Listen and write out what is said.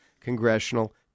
Congressional